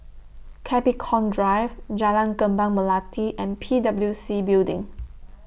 Capricorn Drive Jalan Kembang Melati and P W C Building